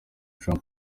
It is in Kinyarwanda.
trump